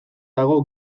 dago